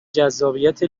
جذابیت